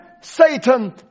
Satan